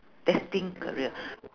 destined career